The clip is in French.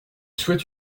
souhaite